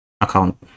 account